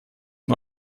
nur